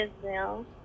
Israel